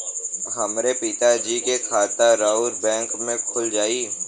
हमरे पिता जी के खाता राउर बैंक में खुल जाई?